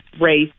race